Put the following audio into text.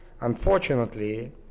Unfortunately